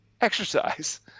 exercise